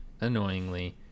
annoyingly